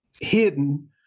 hidden